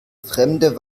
fremde